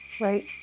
right